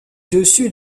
dessus